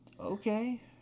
okay